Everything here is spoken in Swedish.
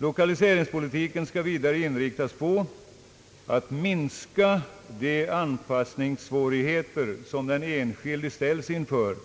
Lokaliseringspolitiken skall vidare inriktas på att minska de anpassningssvårigheter som den enskilde ställs inför